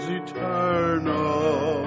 eternal